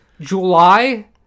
July